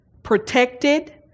Protected